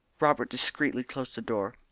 robert discreetly closed the door.